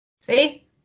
See